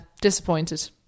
disappointed